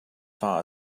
far